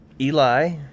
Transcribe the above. Eli